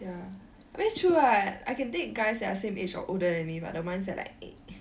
ya very true what I can date guys that are same age or older than me but the mindset like eight